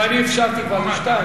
אבל אני אפשרתי כבר לשניים,